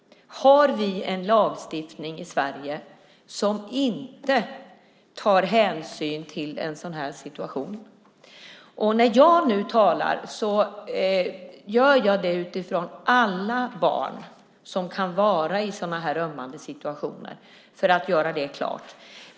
Har vi en lagstiftning i Sverige som inte tar hänsyn till en sådan här situation? När jag nu talar gör jag det utifrån alla barn som kan vara i sådana här ömmande situationer, för att göra det klart.